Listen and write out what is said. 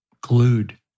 glued